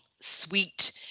sweet